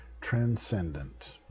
transcendent